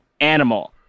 animal